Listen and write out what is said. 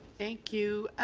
thank you.